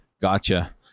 Gotcha